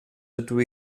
ydw